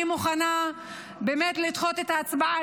אני מוכנה באמת לדחות את ההצבעה,